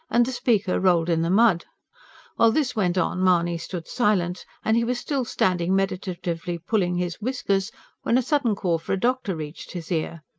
and the speaker rolled in the mud while this went on mahony stood silent, and he was still standing meditatively pulling his whiskers when a sudden call for a doctor reached his ear.